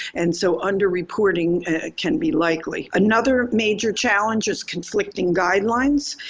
and so underreporting can be likely. another major challenge is conflicting guidelines.